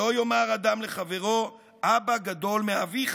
שלא יאמר אדם לחברו: אבא גדול מאביך,